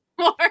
More